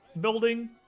building